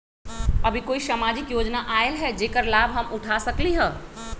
अभी कोई सामाजिक योजना आयल है जेकर लाभ हम उठा सकली ह?